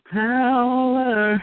power